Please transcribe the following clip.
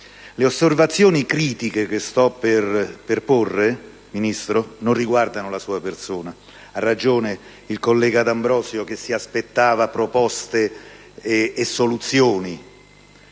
Le osservazioni critiche che sto per porre, onorevole Ministro, non riguardano la sua persona. Ha ragione il collega D'Ambrosio a dire che si aspettava proposte e soluzioni,